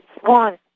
one